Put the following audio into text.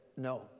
No